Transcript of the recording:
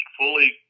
fully